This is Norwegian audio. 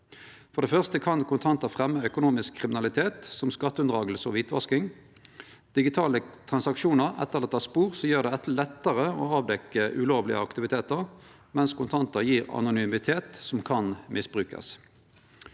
For det første kan kontantar fremje økonomisk kriminalitet som skatteunndraging og kvitvasking. Digitale transaksjonar etterlét spor, som gjer det lettare å avdekkje ulovlege aktivitetar, mens kontantar gjev anonymitet, som kan misbrukast.